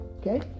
okay